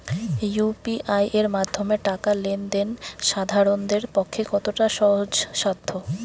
UPI এর মাধ্যমে টাকা লেন দেন সাধারনদের পক্ষে কতটা সহজসাধ্য?